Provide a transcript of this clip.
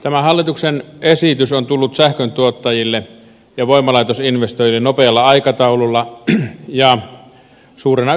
tämä hallituksen esitys on tullut sähköntuottajille ja voimalaitosinvestoijille nopealla aikataululla ja suurena yllätyksenä